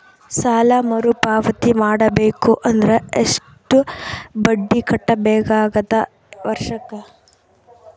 ಸಾಲಾ ಮರು ಪಾವತಿ ಮಾಡಬೇಕು ಅಂದ್ರ ಎಷ್ಟ ಬಡ್ಡಿ ಕಟ್ಟಬೇಕಾಗತದ ವರ್ಷಕ್ಕ?